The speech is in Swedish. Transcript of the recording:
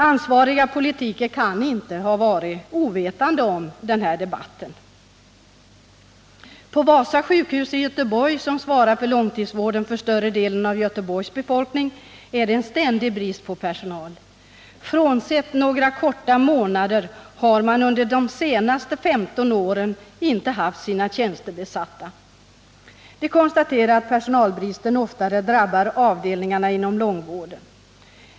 Ansvariga politiker kan inte ha varit ovetande om den debatten. På Vasa sjukhus i Göteborg, som svarar för långtidsvården för större delen av Göteborgs befolkning, är det en ständig brist på personal. Frånsett några korta månader har man under de senaste 15 åren inte haft sina tjänster besatta. Man konstaterar att personalbristen oftare drabbar avdelningarna inom långvården.